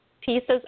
pieces